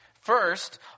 First